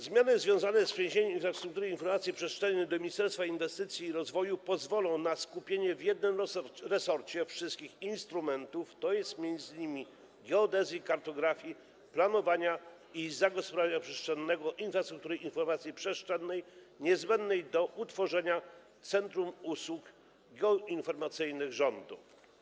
Zmiany związane z przeniesieniem infrastruktury informacji przestrzennej do Ministerstwa Inwestycji i Rozwoju pozwolą na skupienie w jednym resorcie wszystkich instrumentów, to jest m.in. geodezji, kartografii, planowania i zagospodarowania przestrzennego, infrastruktury informacji przestrzennej niezbędnej do utworzenia centrum usług geoinformacyjnych rządu.